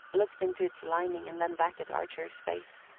looked into its lining and then back at archer's face.